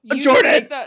jordan